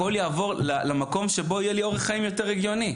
הכול יעבור למקום שבו יהיה לי אורח חיים יותר הגיוני.